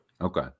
Okay